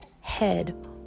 head